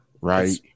right